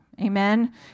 Amen